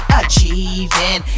achieving